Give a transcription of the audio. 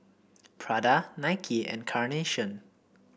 Prada Nike and Carnation